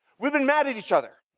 we've been mad at each other.